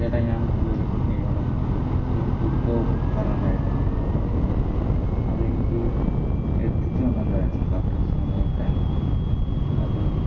ചേട്ടാ ഞാൻ ഇന്നലെ ഇവിടെന്ന് ഒരു ഫുഡ് പറഞ്ഞിട്ടുണ്ടായിരുന്നില്ലേ ഓഡറെയ്യാൻ അതെനിക്ക് എത്തിച്ചു തന്നിട്ടുണ്ടായിരുന്നു കറക്റ്റ് സമയത്ത് തന്നെ അത്